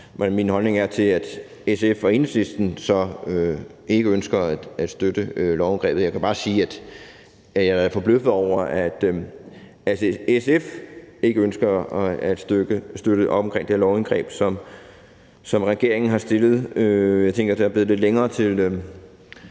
min holdning til, at SF og Enhedslisten så ikke ønsker at støtte lovindgrebet, men jeg kan bare sige, at jeg er forbløffet over, at SF ikke ønsker at støtte op om det her lovindgreb og altså det lovforslag, som regeringen har fremsat. Jeg tænker, at der er blevet lidt længere for